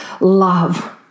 love